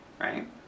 Right